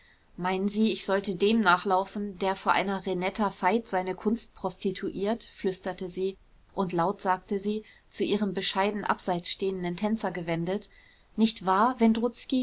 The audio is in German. meinen sie ich sollte dem nachlaufen der vor einer renetta veit seine kunst prostituiert flüsterte sie und laut sagte sie zu ihrem bescheiden abseits stehenden tänzer gewendet nicht wahr wendrutzki